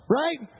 right